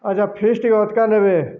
ଆଚ୍ଛା ଫିସ୍ ଟିକେ ଅଧିକା ନେବେ